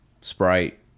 Sprite